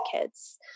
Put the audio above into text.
kids